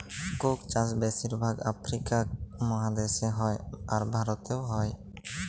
Coke চাষ বেশির ভাগ আফ্রিকা মহাদেশে হ্যয়, আর ভারতেও হ্য়য়